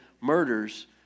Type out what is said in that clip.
murders